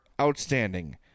outstanding